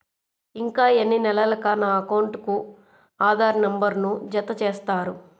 ఇంకా ఎన్ని నెలలక నా అకౌంట్కు ఆధార్ నంబర్ను జత చేస్తారు?